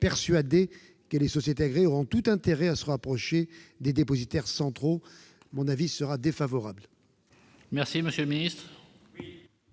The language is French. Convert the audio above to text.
persuadé que les sociétés agréées auront tout intérêt à se rapprocher des dépositaires centraux. L'avis de